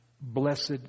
blessed